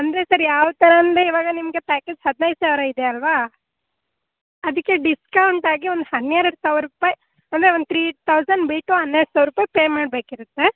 ಅಂದರೆ ಸರ್ ಯಾವ ಥರ ಅಂದರೆ ಇವಾಗ ನಿಮಗೆ ಪ್ಯಾಕೇಜ್ ಹದಿನೈದು ಸಾವಿರ ಇದೆ ಅಲ್ವಾ ಅದಕ್ಕೆ ಡಿಸ್ಕೌಂಟ್ ಆಗಿ ಒಂದು ಹನ್ನೆರಡು ಸಾವಿರ ರೂಪಾಯಿ ಅಂದರೆ ಒಂದು ತ್ರೀ ತೌಸಂಡ್ ಬಿಟ್ಟು ಹನ್ನೆರಡು ಸಾವಿರ ರೂಪಾಯಿ ಪೇ ಮಾಡಬೇಕಿರುತ್ತೆ